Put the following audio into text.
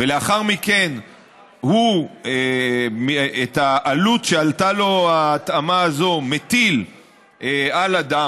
ולאחר מכן מטיל את העלות שעלתה לו ההתאמה הזאת על אדם,